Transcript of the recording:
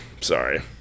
Sorry